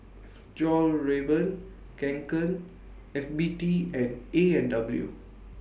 Fjallraven Kanken F B T and A and W